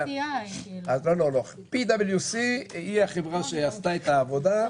לא, לא, PwC היא החברה שעשתה את העבודה.